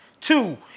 Two